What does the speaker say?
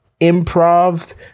improv